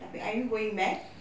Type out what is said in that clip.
abeh are you going back